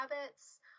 habits